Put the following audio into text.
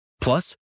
Plus